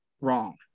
wrong